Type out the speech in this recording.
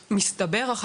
בדיעבד הסתבר,